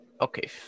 Okay